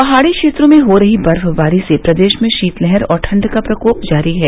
पहाड़ी क्षेत्रों में हो रही बर्फबारी से प्रदेश में शीतलहर और ठंड का प्रकोप जारी है